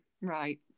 right